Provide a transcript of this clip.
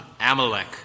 Amalek